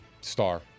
star